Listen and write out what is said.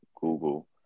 Google